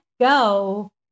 go